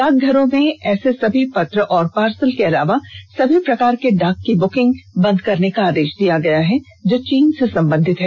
डाक घरों में ऐसे सभी पत्र एवं पार्सल के अलावा सभी प्रकार के डाक की बुकिंग बंद करने का आदेष दिया गया है जो चीन ने संबंधित है